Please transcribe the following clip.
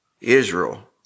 Israel